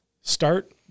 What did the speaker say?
start